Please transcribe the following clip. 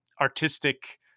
artistic